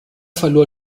verlor